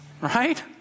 right